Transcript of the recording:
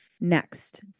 Next